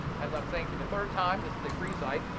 as i'm saying for the third time, this is a free site,